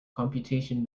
computation